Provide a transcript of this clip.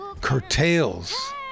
curtails